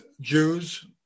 Jews